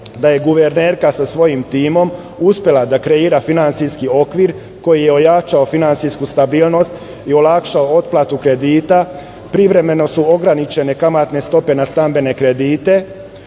da je guvernerka sa svojim timom uspela da kreira finansijski okvir koji je ojačao finansijsku stabilnost i olakšao otplatu kredita, privremeno su ograničene kamatne stope na standardne kredite,